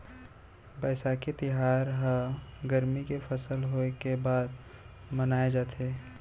बयसाखी तिहार ह गरमी के फसल होय के बाद मनाए जाथे